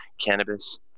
cannabis